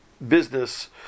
business